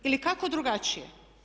Ili kako drugačije?